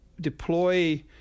deploy